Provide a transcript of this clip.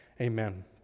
Amen